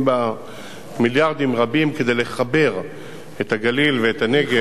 בה מיליארדים רבים כדי לחבר את הגליל ואת הנגב,